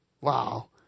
Wow